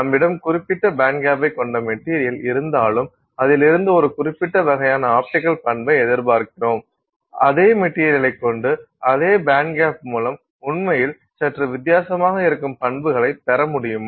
நம்மிடம் குறிப்பிட்ட பேண்ட்கேப்பைக் கொண்ட மெட்டீரியல் இருந்தாலும் அதிலிருந்து ஒரு குறிப்பிட்ட வகையான ஆப்டிக்கல் பண்பை எதிர்பார்க்கிறோம் அதே மெட்டீரியலை கொண்டு அதே பேண்ட்கேப் மூலம் உண்மையில் சற்று வித்தியாசமாக இருக்கும் பண்புகளைப் பெற முடியுமா